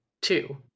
two